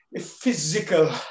physical